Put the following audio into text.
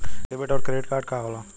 Debit और credit card का होला?